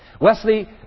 Wesley